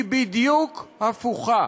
היא בדיוק הפוכה,